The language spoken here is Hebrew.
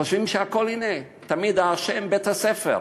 חושבים שהכול, הנה, תמיד האשם בית-הספר.